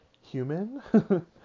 human